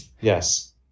Yes